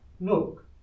Look